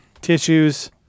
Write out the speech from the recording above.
Tissues